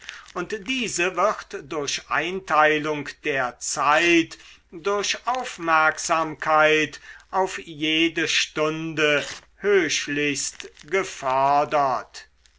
und diese wird durch einteilung der zeit durch aufmerksamkeit auf jede stunde höchlichst gefördert